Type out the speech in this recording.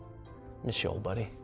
miss ya old buddy,